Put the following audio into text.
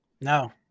No